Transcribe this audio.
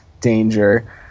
danger